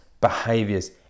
behaviors